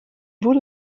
wurde